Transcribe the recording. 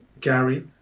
Gary